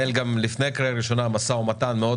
לפני קריאה ראשונה התנהל משא ומתן מאוד